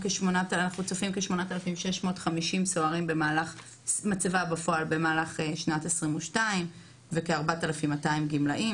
צופים לכ-8,650 סוהרים במצבה בפועל במהלך שנת 2022 וכ-4,200 גמלאים,